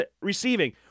receiving